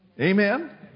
Amen